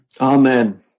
Amen